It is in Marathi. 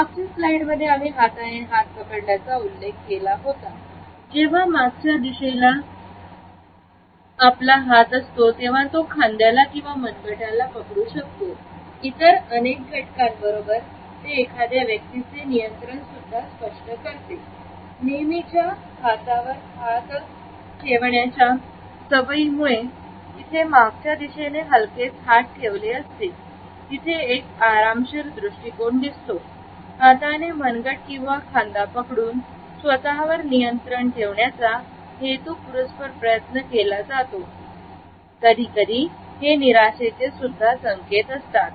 मागच्या स्लाइडमध्ये आम्ही हाताने हात पकडल्याचा उल्लेख केला हात जेव्हा मागच्या दिशेला असतो तेव्हा तो खांद्याला किंवा मनगटाला पकडू शकतो इतर अनेक घटकांबरोबर ते एखाद्या व्यक्तीचे नियंत्रण सुद्धा स्पष्ट करते नेहमीच्या हातावर हात ठेवण्याच्या सवयीमुळे तिथे मागच्या दिशेने हलकेच हात ठेवले असते तिथे एक आरामशीर दृष्टिकोन दिसतो हाताने मनगट किंवा खांदा पकडून स्वतःवर नियंत्रण ठेवण्याचा हेतुपुरस्पर प्रयत्न केला जातो कधीकधी हे निराशेचे सुद्धा संकेत असतात